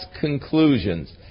conclusions